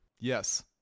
yes